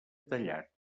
tallat